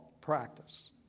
practice